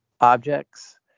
objects